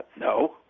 No